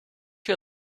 you